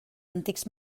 antics